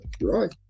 right